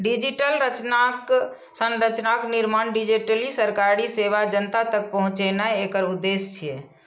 digital संरचनाक निर्माण, digitally सरकारी सेवा जनता तक पहुंचेनाय एकर उद्देश्य छियै